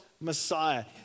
Messiah